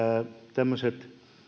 tämmöisten